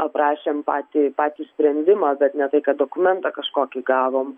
aprašėm patį patį sprendimą bet ne tai kad dokumentą kažkokį gavom